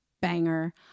banger